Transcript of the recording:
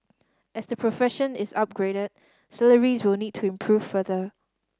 as the profession is upgraded salaries will need to improve further